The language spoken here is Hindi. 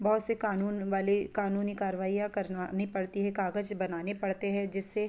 बहुत से क़ानून वाले क़ानूनी कार्रवाईयाँ करवानी पड़ती हैं कागज़ बनाने पड़ते हैं जिससे